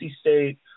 State